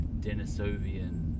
denisovian